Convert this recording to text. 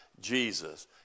Jesus